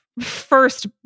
first